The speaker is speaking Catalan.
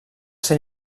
ser